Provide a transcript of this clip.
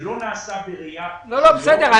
בסדר.